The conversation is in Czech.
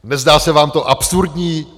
Nezdá se vám to absurdní?